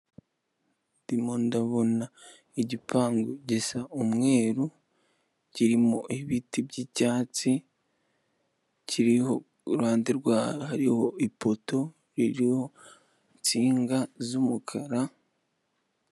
Ndimo ndabona igipangu gisa umweru kirimo ibiti by'icyatsi kiriho uruhande ruriho ipoto ririho nsinga z'umukara.